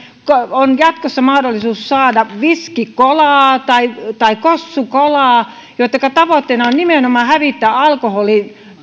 on jatkossa mahdollisuus saada viskikolaa tai tai kossukolaa joittenka tavoitteena on nimenomaan hävittää alkoholin